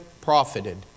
profited